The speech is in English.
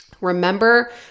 Remember